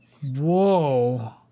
Whoa